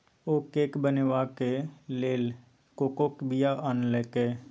ओ cake बनेबाक लेल कोकोक बीया आनलकै